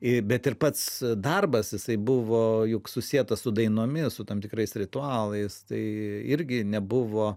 bet ir pats darbas jisai buvo juk susietas su dainomis su tam tikrais ritualais tai irgi nebuvo